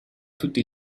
tutti